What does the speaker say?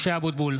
(קורא בשמות חברי הכנסת) משה אבוטבול,